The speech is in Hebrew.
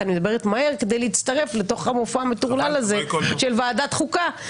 להצטרף למופע המטורלל הזה של ועדת החוקה.